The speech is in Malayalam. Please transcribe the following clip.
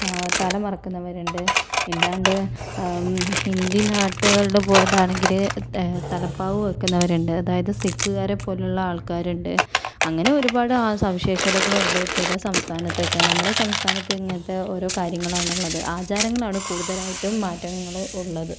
തല മറയ്ക്കുന്നവരുണ്ട് ഇല്ലാണ്ട് ഹിന്ദി നാട്ട്കൾടെ പോയതാണങ്കില് തലപ്പാവ് വെയ്ക്കുന്നവരുണ്ട് അതായത് സിക്ക്കാരെ പോലുള്ള ആൾക്കാരുണ്ട് അങ്ങനെ ഒരുപാട് സവിശേഷതകളുണ്ട് ചില സംസ്ഥാനതക്കെ നമ്മടെ സംസ്ഥാനത്ത് ഇങ്ങനത്തെ ഓരോ കാര്യങ്ങളാണുള്ളത് ആചാരങ്ങളാണ് കൂടുതലായിട്ടും മാറ്റങ്ങള് ഉള്ളത്